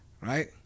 Right